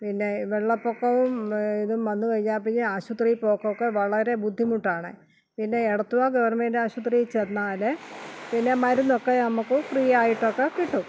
പിന്നെ വെള്ളപ്പൊക്കവും ഇതും വന്നു കഴിഞ്ഞാൽ പിന്നെ ആശുപത്രിയിൽ പോക്കൊക്കെ വളരെ ബുദ്ധിമുട്ടാണ് പിന്നെ എടത്വ ഗവർമെൻറ്റാശുപത്രിയിൽ ചെന്നാൽ പിന്നെ മരുന്നൊക്കെ നമുക്ക് ഫ്രീ ആയിട്ടൊക്കെ കിട്ടും